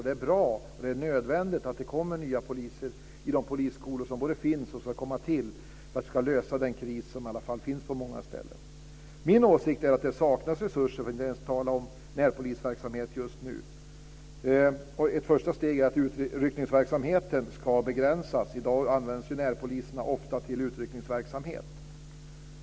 Det är bra och nödvändigt att det kommer nya poliser i de polisskolor som finns och som ska tillkomma för att vi ska lösa den kris som finns på många ställen. Min åsikt är att det saknas resurser för att ens tala om närpolisverksamhet just nu. Ett första steg är att utryckningsverksamheten ska begränsas. I dag används närpoliserna ofta till utryckningsverksamhet.